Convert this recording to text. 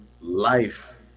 life